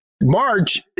March